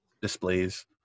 displays